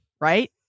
right